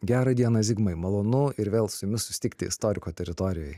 gerą dieną zigmai malonu ir vėl su jumis susitikti istoriko teritorijoj